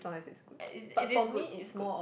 is it is good it's good